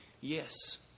yes